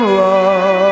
love